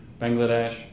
Bangladesh